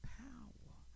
power